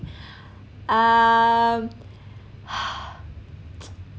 uh